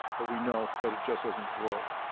but we know that it just doesn't work.